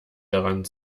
daran